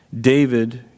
David